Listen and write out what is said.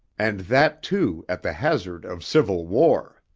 and that, too, at the hazard of civil war.